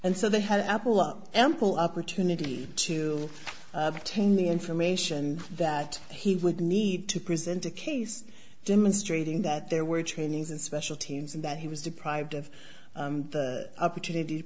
and so they had apple up employ opportunity to obtain the information that he would need to present a case demonstrating that there were trainings and special teams and that he was deprived of opportunity